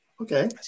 Okay